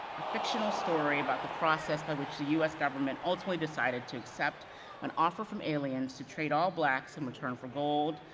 a fictional story about the process by which the us government ultimately decided to accept an offer from aliens to trade all blacks in return for gold,